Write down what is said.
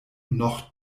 noch